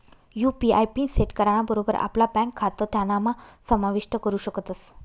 UPI pin set कराना बरोबर आपला ब्यांक खातं त्यानाम्हा समाविष्ट करू शकतस